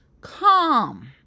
Calm